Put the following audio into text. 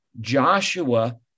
Joshua